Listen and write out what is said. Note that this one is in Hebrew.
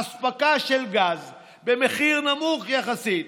אספקה של גז במחיר נמוך יחסית,